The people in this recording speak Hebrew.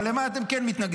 אבל למה אתם כן מתנגדים?